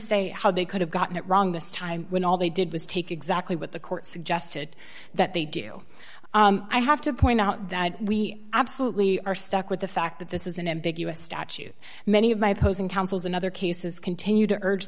say how they could have gotten it wrong this time when all they did was take exactly what the court suggested that they do i have to point out that we absolutely are stuck with the fact that this is an ambiguous statute many of my opposing counsels in other cases continue to urge